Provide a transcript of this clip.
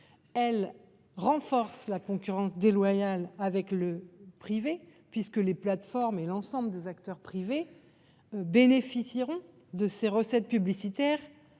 Elle renforce la concurrence déloyale avec le privé puisque les plateformes et l'ensemble des acteurs privés. Bénéficieront de ses recettes publicitaires